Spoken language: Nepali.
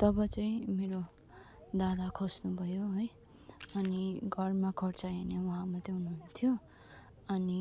तब चाहिँ मेरो दादा खस्नुभयो है अनि घरमा खर्च हेर्ने उहाँ मात्रै हुनुहुन्थ्यो अनि